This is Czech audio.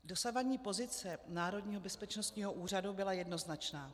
Dosavadní pozice Národního bezpečnostního úřadu byla jednoznačná.